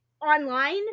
online